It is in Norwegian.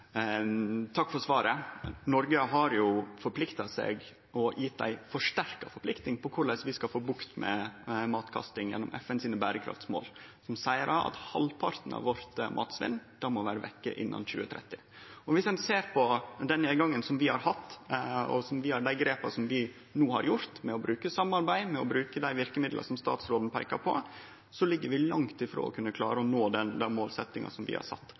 svaret. Noreg har forplikta seg og gjeve ei forsterka forplikting når det gjeld korleis vi skal få bukt med matkasting gjennom FNs berekraftsmål, som seier at halvparten av matsvinnet vårt må vere vekke innan 2030. Viss ein ser på den nedgangen vi har hatt, dei grepa vi no har teke med å bruke samarbeid og med å bruke dei verkemidla som statsråden peika på, ligg vi langt ifrå å kunne nå den målsetjinga vi har sett. Viss vi følgjer den takten vi har,